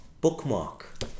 bookmark